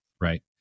right